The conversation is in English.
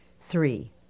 Three